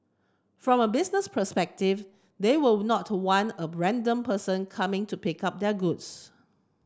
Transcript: from a business perspective they will not want a random person coming to pick up their goods